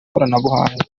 koranabuhanga